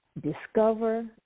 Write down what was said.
discover